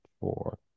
four